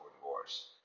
divorce